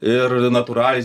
ir natūraliai